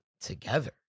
together